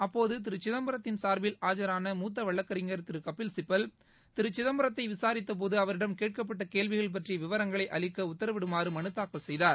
அப்போது திரு சிதம்பரத்தின் சார்பில் ஆஜான மூத்த வழக்கறிஞர் திரு கபில்சிபல் திரு சிதம்பரத்தை விசாரித்தபோது அவரிடம் கேட்கப்பட்ட கேள்விகள் பற்றிய விவரங்களை அளிக்க உத்தரவிடுமாறு மனு தாக்கல் செய்தார்